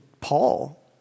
Paul